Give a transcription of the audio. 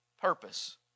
purpose